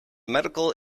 medical